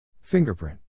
Fingerprint